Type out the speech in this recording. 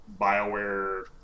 Bioware